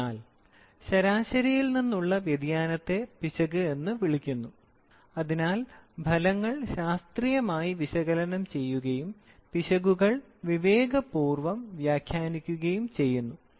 അതിനാൽ ശരാശരിയിൽ നിന്നുള്ള വ്യതിയാനത്തെ പിശക് എന്ന് വിളിക്കുന്നു അതിനാൽ ഫലങ്ങൾ ശാസ്ത്രീയമായി വിശകലനം ചെയ്യുകയും പിശകുകൾ വിവേകപൂർവ്വം വ്യാഖ്യാനിക്കുകയും ചെയ്യുന്നു